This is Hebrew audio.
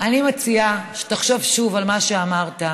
אני מציעה שתחשוב שוב על מה שאמרת,